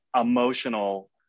emotional